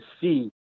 see